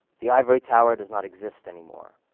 the ivory tower does not exist anymore.